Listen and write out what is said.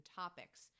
topics